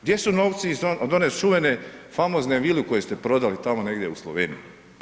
Gdje su novci od one čuvene famozne vile koju ste prodali tamo negdje u Sloveniji?